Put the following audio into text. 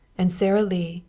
and sara lee,